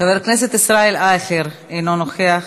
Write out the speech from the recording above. חבר הכנסת ישראל אייכלר, אינו נוכח.